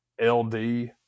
LD